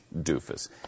doofus